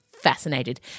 fascinated